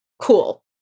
Cool